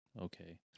okay